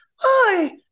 Hi